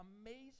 amazing